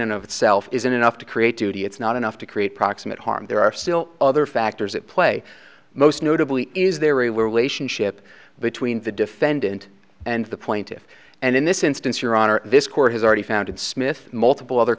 and of itself isn't enough to create duty it's not enough to create proximate harm there are still other factors at play most notably is there a ship between the defendant and the plaintiffs and in this instance your honor this court has already found smith multiple other